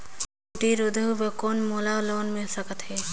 कुटीर उद्योग बर कौन मोला लोन मिल सकत हे?